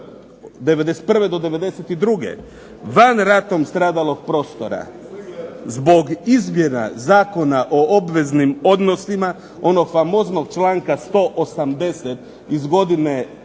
'91. do '92. van ratom stradalog prostora zbog izmjena Zakona o obveznim odnosima, onog famoznog članka 180. iz godine 1996.